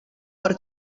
per